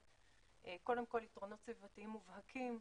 קודם כל יתרונות סביבתיים מובהקים,